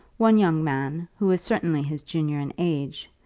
one young man, who was certainly his junior in age,